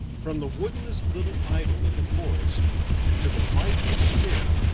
from the woodenest little idol in the forest to the mightiest spirit,